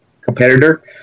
competitor